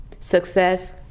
Success